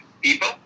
people